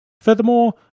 Furthermore